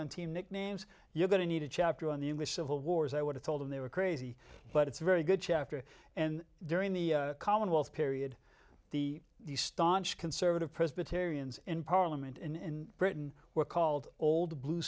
on team nicknames you're going to need a chapter on the english civil wars i would have told them they were crazy but it's a very good chapter and during the commonwealth period the staunch conservative presbyterians in parliament in britain were called old blue